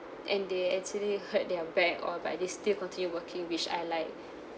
and they actually hurt their back or but they still continue working which I like